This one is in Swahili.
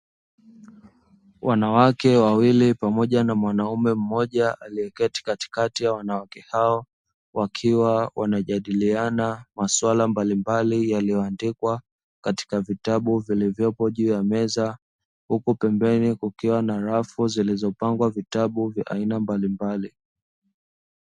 Wanawake wawili pamoja na mwanaume mmoja aliyeketi katikati ya wanawake hao, wakiwa wanajadiliana masuala mbalimbali yaliyoandikwa katika vitabu vilivyopo juu ya meza, huku pembeni kukiwa na rafu zilizopangwa vitabu vya aina mbalimbali.